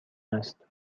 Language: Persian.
است